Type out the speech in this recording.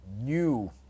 new